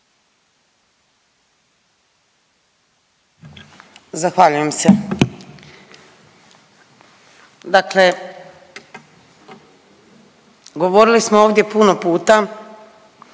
Zahvaljujem se. Govorili smo ovdje puno puta